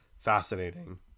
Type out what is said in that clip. fascinating